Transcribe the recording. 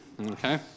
okay